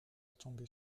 tomber